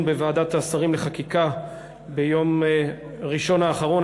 בוועדת השרים לחקיקה ביום ראשון האחרון,